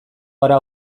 gara